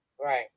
Right